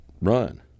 run